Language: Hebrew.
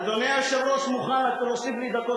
אדוני היושב-ראש מוכן להוסיף לי דקות?